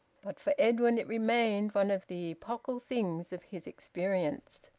but for edwin it remained one of the epochal things of his experience.